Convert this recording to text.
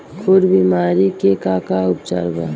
खुर बीमारी के का उपचार बा?